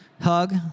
Hug